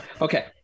Okay